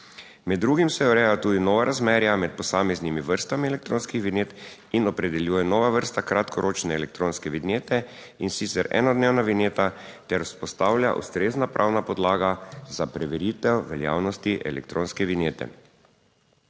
Med drugim se ureja tudi nova razmerja med posameznimi vrstami elektronskih vinjet in opredeljuje nova vrsta kratkoročne elektronske vinjete, in sicer enodnevna vinjeta, ter vzpostavlja ustrezna pravna podlaga za preveritev veljavnosti elektronske vinjete.